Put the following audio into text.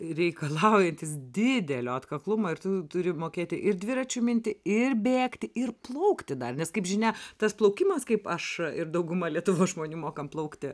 reikalaujantis didelio atkaklumo ir tu turi mokėti ir dviračiu minti ir bėgti ir plaukti dar nes kaip žinia tas plaukimas kaip aš ir dauguma lietuvos žmonių mokam plaukti